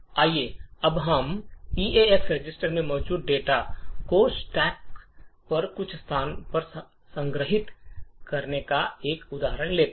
आइए अब हम ईएएक्स रजिस्टर में मौजूद डेटा को स्टैक पर कुछ स्थान पर संग्रहीत करने का एक और उदाहरण लेते हैं